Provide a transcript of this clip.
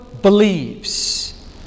believes